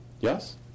Yes